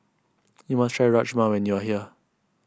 you must try Rajma when you are here